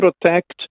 protect